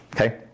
okay